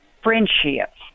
friendships